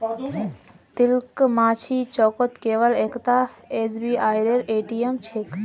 तिलकमाझी चौकत केवल एकता एसबीआईर ए.टी.एम छेक